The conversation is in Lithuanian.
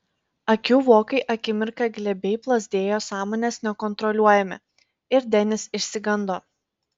akių vokai akimirką glebiai plazdėjo sąmonės nekontroliuojami ir denis išsigando